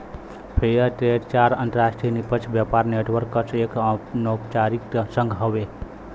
fair trade चार अंतरराष्ट्रीय निष्पक्ष व्यापार नेटवर्क क एक अनौपचारिक संघ हउवे